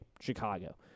Chicago